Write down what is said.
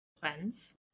friends